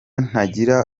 ntagira